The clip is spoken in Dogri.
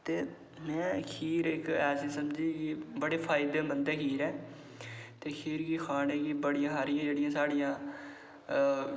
में खीर इक्क ऐसी समझी की बड़े फायदे दी होंदी खीर ऐ ते खीर बी बनाने गी बड़ियां हारियां साढ़ियां जेह्ड़ियां अ